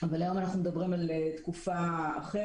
אבל היום אנחנו מדברים על תקופה אחרת,